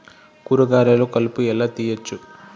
కూరగాయలలో కలుపు ఎలా తీయచ్చు?